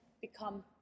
become